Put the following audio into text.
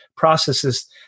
processes